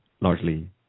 largely